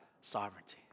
sovereignty